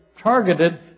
targeted